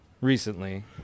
recently